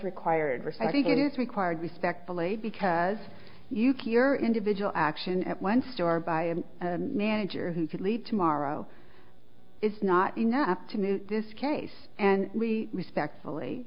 required risk i think it is required respectfully because you can hear individual action at one store by a manager who could lead to morrow is not enough to move this case and we respectfully